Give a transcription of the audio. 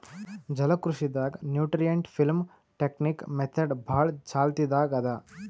ಜಲಕೃಷಿ ದಾಗ್ nutrient film technique method ಭಾಳ್ ಚಾಲ್ತಿದಾಗ್ ಅದಾ